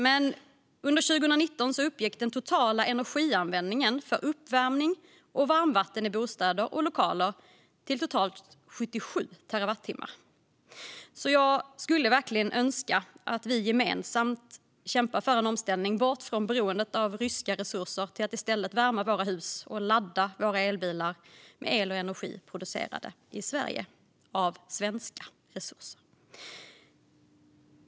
Men under 2019 uppgick den totala energianvändningen för uppvärmning och varmvatten i bostäder och lokaler till totalt 77 terawattimmar. Jag skulle alltså verkligen önska att vi gemensamt kämpar för en omställning, bort från beroendet av ryska resurser till att i stället värma våra hus och ladda våra elbilar med el och energi som producerats i Sverige av svenska resurser.